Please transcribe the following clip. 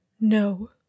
No